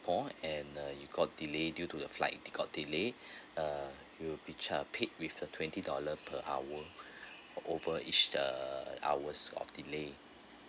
~pore and uh you got delay due to the flight got delayed uh you'll be char~ paid with a twenty dollar per hour over each the hours of delay